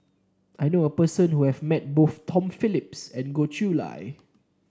I knew a person who has met both Tom Phillips and Goh Chiew Lye